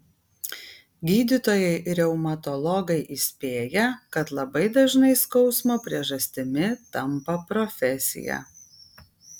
gydytojai reumatologai įspėja kad labai dažnai skausmo priežastimi tampa profesija